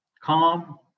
Calm